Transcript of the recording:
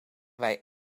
wij